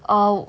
oh